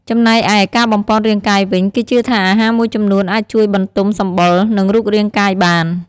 ចំណែកឯ ការបំប៉នរាងកាយវិញ គេជឿថាអាហារមួយចំនួនអាចជួយបន្ទំសម្បុរ និងរូបរាងកាយបាន។